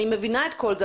אני מבינה את כל זה,